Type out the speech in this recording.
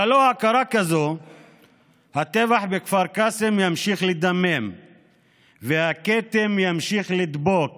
ללא הכרה כזאת הטבח בכפר קאסם ימשיך לדמם והכתם ימשיך לדבוק